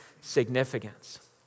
significance